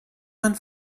man